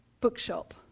bookshop